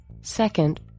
Second